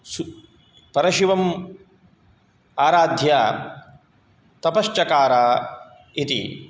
सु परशिवम् आराध्य तपश्चकार इति